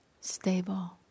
stable